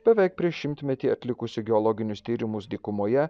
beveik prieš šimtmetį atlikusį geologinius tyrimus dykumoje